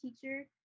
teacher